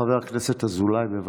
חבר הכנסת אזולאי, בבקשה.